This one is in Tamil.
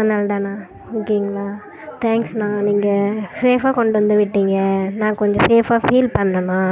அதனால தாண்ணா ஓகேங்களா தேங்க்ஸ்ண்ணா நீங்க சேஃபா கொண்டு வந்து விட்டீங்க நா கொஞ்சம் சேஃபா ஃபீல் பண்ணேண்ணா